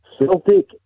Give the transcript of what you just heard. Celtic